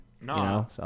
No